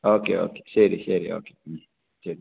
okay okay ശരി ശരി okay ശരി